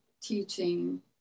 teaching